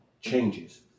changes